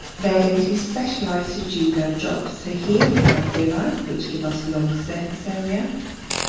they're going to specialize to do their jobs. so here we have villi, which give us long surface area.